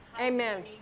amen